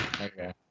Okay